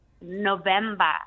November